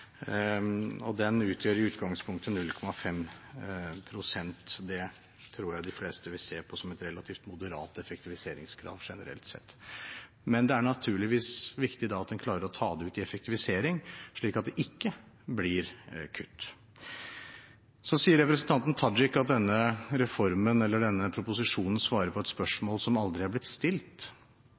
Den utgjør i utgangspunktet 0,5 pst. Det tror jeg de fleste vil se på som et relativt moderat effektiviseringskrav, generelt sett. Men det er naturligvis viktig at en da klarer å ta det ut i effektivisering, slik at det ikke blir kutt. Så sier representanten Tajik at denne reformen eller denne proposisjonen svarer på et spørsmål som aldri er blitt stilt.